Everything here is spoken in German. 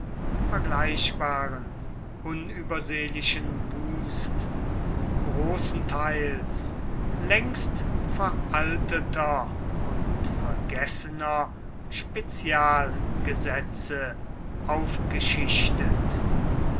vergleichbaren unübersehlichen wust großenteils längst veralteter und vergessener spezialgesetze aufgeschichtet